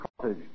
cottage